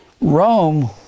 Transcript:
Rome